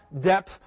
depth